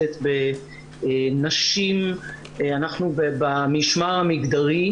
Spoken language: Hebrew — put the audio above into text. אנחנו במשמר המגדרי,